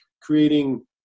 creating